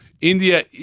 India